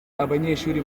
abanyeshuri